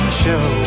show